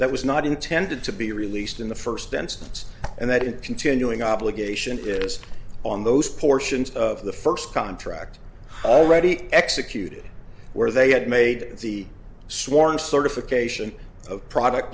that was not intended to be released in the first instance and that it is continuing obligation is on those portions of the first contract oh ready executed where they had made the sworn certification of product